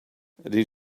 did